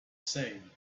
same